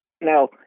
Now